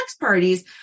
parties